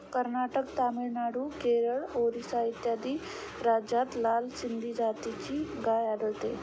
कर्नाटक, तामिळनाडू, केरळ, ओरिसा इत्यादी राज्यांत लाल सिंधी जातीची गाय आढळते